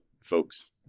folks